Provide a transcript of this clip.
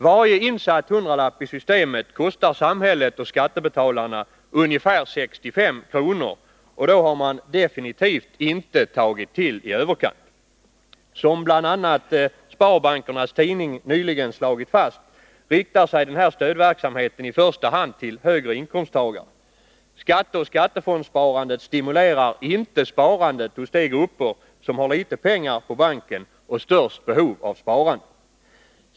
Varje insatt hundralapp i systemet kostar samhället och skattebetalarna ungefär 65 kr., och då har man definitivt inte tagit till i överkant. Som bl.a. tidningen Sparbankerna nyligen slagit fast riktar sig den här stödverksamheten i första hand till högre inkomsttagare. Skatteoch skattefondssparandet stimulerar inte sparandet hos de grupper som har litet pengar på banken och störst behov av sparande.